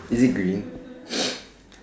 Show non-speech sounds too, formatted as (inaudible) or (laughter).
is it green (noise)